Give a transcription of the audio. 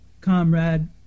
comrade